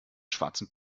schwarzen